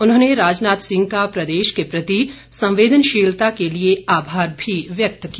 उन्होंने राजनाथ सिंह का प्रदेश के प्रति संवेदनशीलता के लिए आभार भी व्यक्त किया